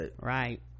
right